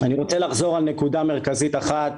אני רוצה לחזור לנקודה מרכזית אחת,